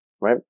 right